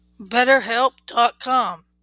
BetterHelp.com